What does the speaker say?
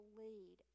lead